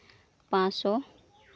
ᱯᱟᱸᱥᱥᱳ